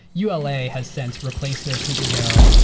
ula has since replaced their ceo.